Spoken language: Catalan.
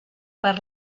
per